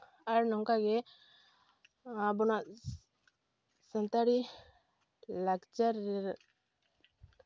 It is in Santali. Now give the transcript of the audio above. ᱟᱨ ᱱᱚᱝᱠᱟᱜᱮ ᱟᱵᱚᱱᱟᱜ ᱥᱟᱱᱛᱟᱲᱤ ᱞᱟᱠᱪᱟᱨ